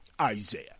Isaiah